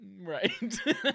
Right